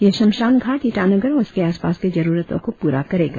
यह शमशान घाट ईटानगर और उसके आसपास के जरुरतो को पूरा करेगा